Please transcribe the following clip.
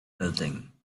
building